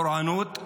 פורענות,